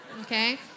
okay